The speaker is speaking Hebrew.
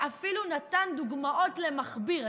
ואפילו נתן דוגמאות למכביר.